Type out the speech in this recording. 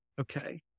Okay